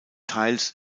teils